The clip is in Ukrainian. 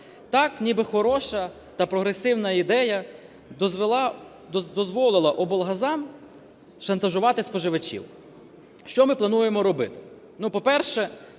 Так ніби хороша та прогресивна ідея дозволила облгазам шантажувати споживачів. Що ми плануємо робити?